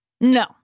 No